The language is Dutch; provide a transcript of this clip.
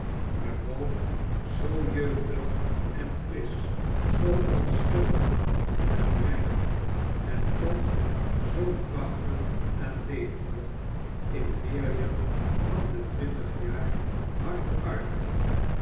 eene hoop zoo jeugdig en frisch zoo onschuldig en rein en toch zoo krachtig en levendig in weerwil van de twintig jaar harden arbeid